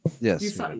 Yes